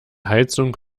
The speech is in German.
heizung